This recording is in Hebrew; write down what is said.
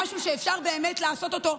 עם משהו שאפשר באמת לעשות אותו,